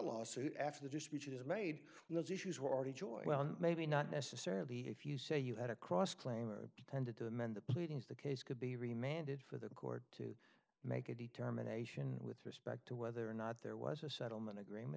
lawsuit after the two speeches made and those issues were already joy well maybe not necessarily if you say you had a cross claim or tended to amend the pleadings the case could be re mantid for the court to make a determination with respect to whether or not there was a settlement agreement